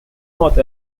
north